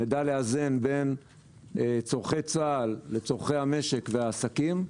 שנדע לאזן בין צרכי צה"ל וצרכי המשק והעסקים,